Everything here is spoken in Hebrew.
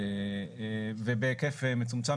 ובהיקף מצומצם,